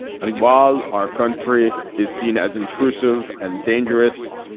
ah yeah while our country is seen as intrusive and dangerous,